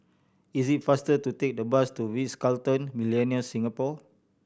is it faster to take the bus to The Ritz Carlton Millenia Singapore